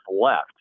left